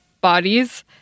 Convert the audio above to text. bodies